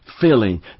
filling